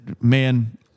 man